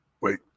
wait